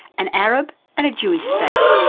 an arab and a jewish state,